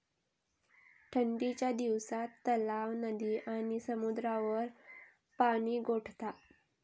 ठंडीच्या दिवसात तलाव, नदी आणि समुद्रावर पाणि गोठता